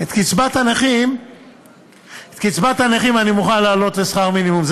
את קצבת הנכים אני מוכן להעלות לשכר מינימום,